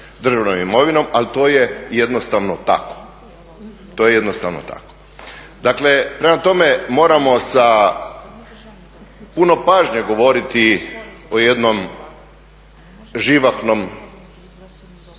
državnom imovinom, ali to je jednostavno tako. Dakle, prema tome moramo sa puno pažnje govoriti o jednom živahnom